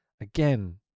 Again